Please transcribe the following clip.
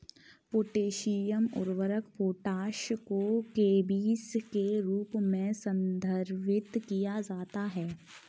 potassium उर्वरक potash को केबीस के रूप में संदर्भित किया जाता है